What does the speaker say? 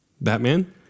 batman